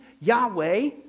Yahweh